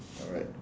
alright